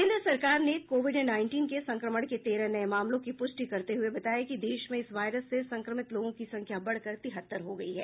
केंद्र सरकार ने कोविड नाईनटीन के संक्रमण के तेरह नए मामलों की पुष्टि करते हुए बताया कि देश में इस वायरस से संक्रमित लोगों की संख्या बढकर तिहत्तर हो गई है